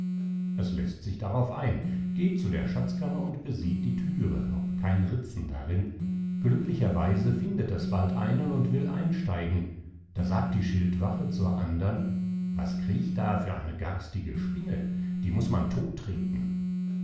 es läßt sich drauf ein geht zu der schatzkammer und besieht die thüre ob kein ritzen darin glücklicherweise findet es bald einen und will einsteigen da sagt die schildwache zur andern was kriecht da für eine garstige spinne die muß man